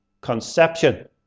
conception